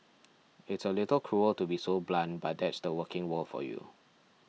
it's a little cruel to be so blunt but that's the working world for you